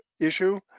issue